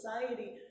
society